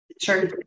Sure